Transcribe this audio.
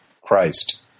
Christ